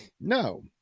no